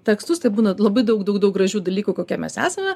tekstus tai būna labai daug daug gražių dalykų kokie mes esame